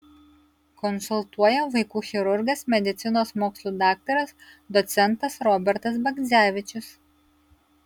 konsultuoja vaikų chirurgas medicinos mokslų daktaras docentas robertas bagdzevičius